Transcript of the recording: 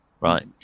right